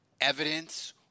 evidence